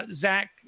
Zach